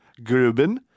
Gruben